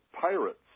pirates